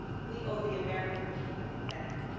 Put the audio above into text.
we owe the american people that.